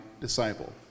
disciple